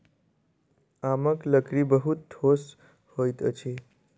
आमक लकड़ी बहुत ठोस होइत अछि